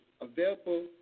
available